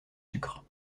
sucre